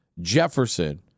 Jefferson